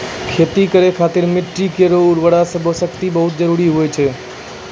खेती करै खातिर मिट्टी केरो उर्वरा शक्ति बहुत जरूरी होय छै